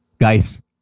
guys